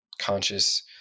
conscious